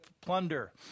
plunder